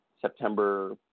september